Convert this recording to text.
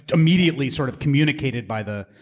immediately sort of communicated by the.